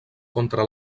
contra